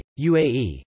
UAE